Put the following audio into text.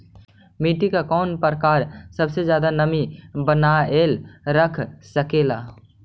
मिट्टी के कौन प्रकार सबसे जादा नमी बनाएल रख सकेला?